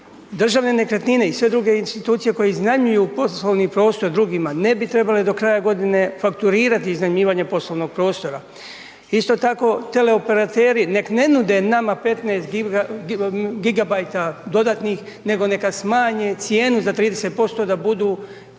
Državne nekretnine i sve druge institucije koje iznajmljuju poslovni prostorni prostor drugima ne bi trebale do kraja godine fakturirati iznajmljivanje poslovnog prostora. Isto tako teleoperateri nek ne nude nama 15 GB dodatnih nego neka smanje cijenu za 30% da budu